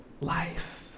life